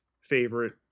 favorite